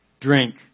drink